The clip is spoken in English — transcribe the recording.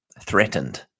threatened